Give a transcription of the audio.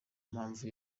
mpamvu